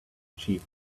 chief